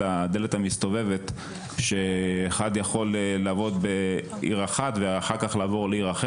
הדלת המסתובבת שאחד יוכל לעבור עיר ולעבוד בה,